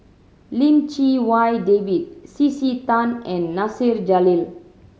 Lim Chee Wai David C C Tan and Nasir Jalil